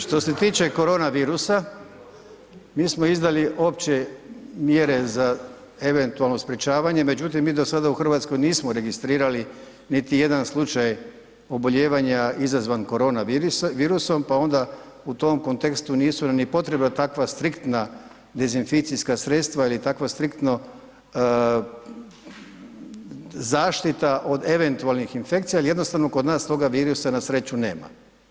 Što se tiče koronavirusa mi smo izdali opće mjere za eventualno sprječavanje, međutim mi do sada u RH nismo registrirali niti jedan slučaj oboljevanja izazvan koronavirusom, pa onda u tom kontekstu nisu nam ni potrebna takva striktna dezinficijska sredstva ili takva striktno zaštita od eventualnih infekcija jel jednostavno kod nas toga virusa na sreću nema.